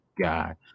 God